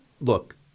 Look